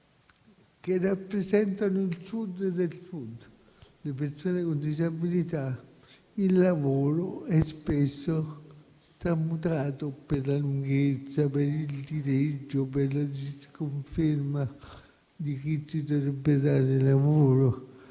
che rappresentano il Sud del Sud, le persone con disabilità, il lavoro è spesso tramutato in un incubo per la lunghezza, per il dileggio, per la disconferma di chi ti dovrebbe dare lavoro